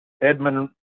Edmund